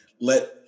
let